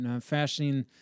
fashioning